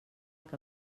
que